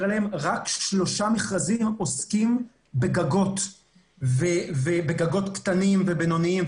עליהם רק שלושה מכרזים עוסקים בגגות קטנים ובינוניים.